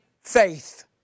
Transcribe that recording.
faith